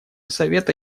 совета